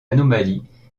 anomalie